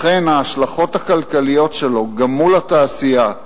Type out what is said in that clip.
לכן, ההשלכות הכלכליות שלו, גם מול התעשייה,